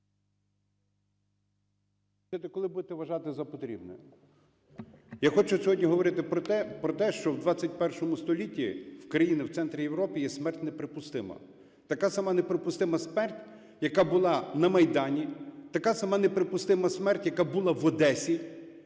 ….коли будете вважати за потрібне. Я хочу сьогодні говорити про те, що в ХХІ столітті в країні, в центрі Європи, є смерть неприпустимою. Така сама неприпустима смерть, яка була на Майдані, така сама неприпустима смерть, яка була в Одесі,